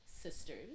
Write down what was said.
sisters